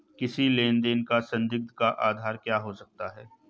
किसी लेन देन का संदिग्ध का आधार क्या हो सकता है?